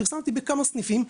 פרסמתי בכמה סניפים.